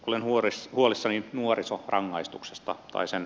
olen huolissani nuorisorangaistuksen vähäisestä käytöstä